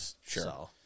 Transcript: Sure